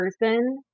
person